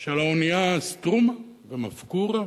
של האוניות "סטרומה" ו"מפקורה".